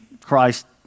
Christ